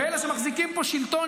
ואלה שמחזיקים פה שלטון,